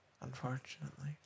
unfortunately